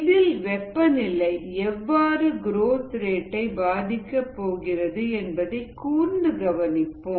இதில் வெப்பநிலை எவ்வாறு குரோத் ரேட்டை பாதிக்கப் போகிறது என்பதை கூர்ந்து கவனிப்போம்